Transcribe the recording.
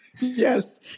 yes